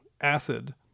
acid